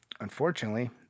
Unfortunately